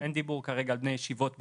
אין דיבור כרגע על בני ישיבות בחו"ל,